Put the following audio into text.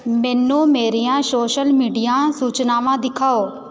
ਮੈਨੂੰ ਮੇਰੀਆਂ social media ਸੂਚਨਾਵਾਂ ਦਿਖਾਓ